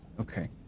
Okay